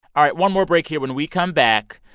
all right, one more break here. when we come back,